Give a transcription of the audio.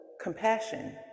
Compassion